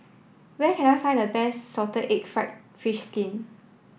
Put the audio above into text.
where can I find the best salted egg fried fish skin